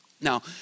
Now